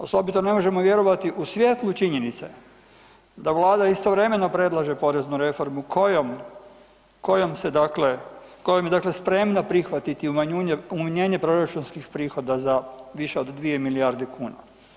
Osobito ne možemo vjerovati u svjetlu činjenice da vlada istovremeno predlaže poreznu reformu kojom, kojom se dakle, kojom je dakle spremna prihvatiti umanjenje proračunskih prihoda za više od 2 milijarde kuna.